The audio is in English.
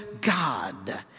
God